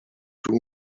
two